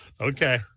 okay